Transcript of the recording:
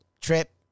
trip